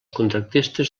contractistes